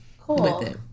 cool